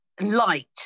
light